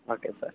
okay sir